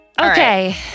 Okay